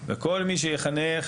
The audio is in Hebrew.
וכל מי שיחנך